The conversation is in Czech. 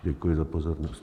Děkuji za pozornost.